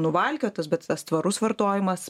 nuvalkiotas bet tas tvarus vartojimas